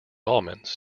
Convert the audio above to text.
almonds